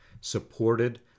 supported